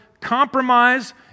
Compromise